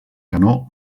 canó